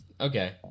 Okay